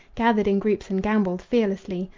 gathered in groups and gamboled fearlessly,